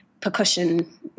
percussion